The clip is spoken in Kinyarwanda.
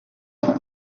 kujya